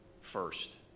first